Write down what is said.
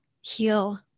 heal